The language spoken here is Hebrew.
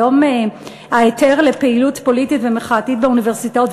היום ההיתר לפעילות פוליטית ומחאתית באוניברסיטאות,